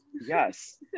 Yes